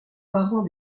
parent